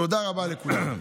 תודה רבה לכולם.